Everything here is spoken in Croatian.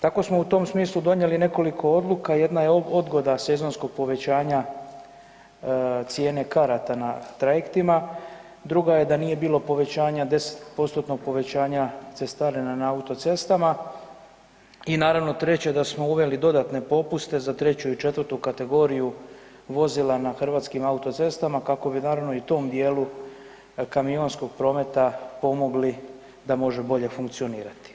Tako smo u tom smislu donijeli nekoliko odluka, jedna je odgoda sezonskog povećanja cijene karata na trajektima, druga je da nije bilo povećanja, 10%-tnog povećanja na cestarina na autocestama, i naravno, 3. da smo uveli dodatne popuste za 3. i 4. kategoriju vozila na hrvatskim autocestama, kako bi naravno, i tom dijelu kamionskog prometa pomogli da može bolje funkcionirati.